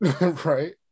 right